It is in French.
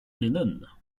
lennon